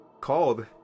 called